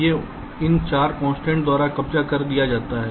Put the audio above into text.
ये इन 4 कंस्ट्रेंट्स द्वारा कब्जा कर लिया जाता है